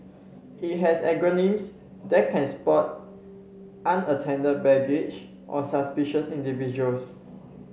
it has algorithms that can spot unattended baggage or suspicious individuals